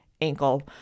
ankle